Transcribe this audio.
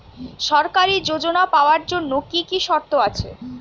সরকারী যোজনা পাওয়ার জন্য কি কি শর্ত আছে?